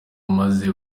maze